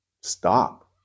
Stop